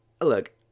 look